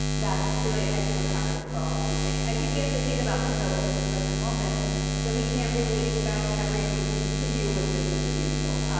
that's really an excellent practice for all teaching. i think we have to think about too, though, in this present moment that we can't really expect everything to continue with business as usual.